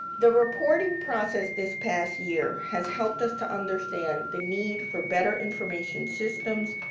the reporting process this past year has helped us to understand the need for better information systems,